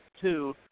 two